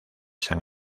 san